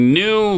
new